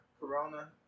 Corona